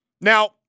Now –